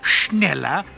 schneller